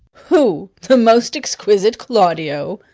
who? the most exquisite claudio?